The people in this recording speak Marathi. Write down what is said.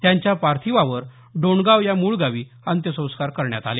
त्यांच्या पार्थिवावर डोणगाव या मूळ गावी अंत्यसंस्कार करण्यात आले